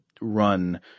run